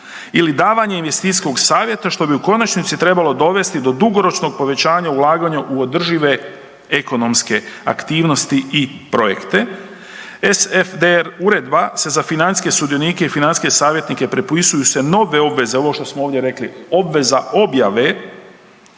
ili davanja investicijskog savjeta, što bi u konačnici trebalo dovesti do dugoročnog povećanja ulaganja u održive ekonomske aktivnosti i projekte, SFDR uredba se za financijske sudionike i financijske savjetnike propisuju se nove obveze, ovo što smo ovdje rekli, obveza objave